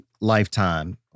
lifetime